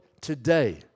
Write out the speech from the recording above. today